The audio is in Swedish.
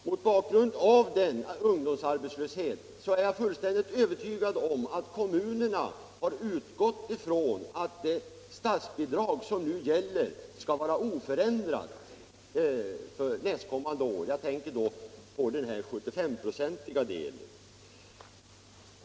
Mot bakgrunden av den ungdomsarbetslöshet som råder är jag fullständigt övertygad om att kommunerna har utgått ifrån att det statsbidrag som nu gäller skall vara oförändrat för nästkommande år; jag tänker då på den 75-procentiga delen.